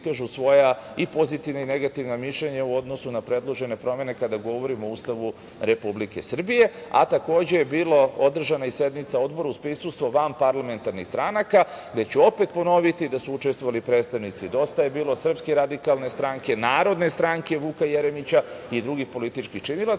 iskažu svoja pozitivna i negativna mišljenja u odnosu na predložene promene kada govorimo o Ustavu Republike Srbije, a takođe je bila održana i sednica odbora uz prisustvo vanparlamentarnih stranaka gde su, opet ću ponoviti, učestvovali predstavnici Dosta je bilo, Srpske radikalne stranke, Narodne stranke Vuka Jeremića i drugih političkih činilaca,